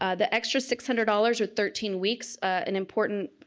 ah the extra six hundred dollars or thirteen weeks an important